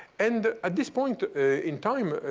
and at this point in time,